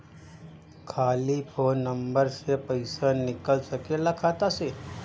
खाली phone number से पईसा निकल सकेला खाता से?